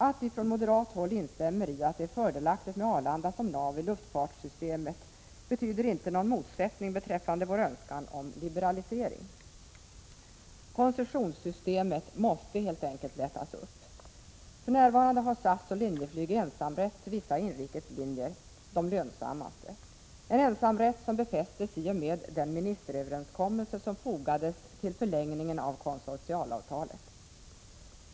Att vi från moderat håll instämmer i att det är fördelaktigt med Arlanda som nav i luftfartssystemet betyder inte någon motsättning i förhållande till vår önskan om liberalisering. Koncessionssystemet måste helt enkelt lättas upp. För närvarande har SAS och Linjeflyg ensamrätt till vissa inrikes linjer, de lönsammaste, en ensamrätt som befästes i och med den ministeröverenskommelse som fogades till förlängningen av konsortialavtalet.